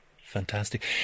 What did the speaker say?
fantastic